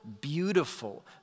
beautiful